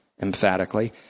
emphatically